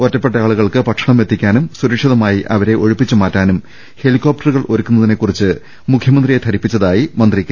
ഒറ്റപ്പെട്ട ആളുകൾക്ക് ഭക്ഷണമെത്തിക്കാനും സുരക്ഷിത മായി ഒഴിപ്പിച്ചുമാറ്റാനും ഹെലികോപ്ടറുകൾ ഒരുക്കുന്നതിനെക്കുറിച്ച് മുഖ്യ മന്ത്രിയെ ധരിപ്പിച്ചതായി മന്ത്രി കെ